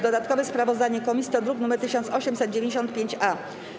Dodatkowe sprawozdanie komisji to druk nr 1895-A.